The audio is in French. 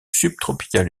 subtropicales